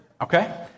Okay